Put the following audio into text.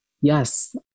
Yes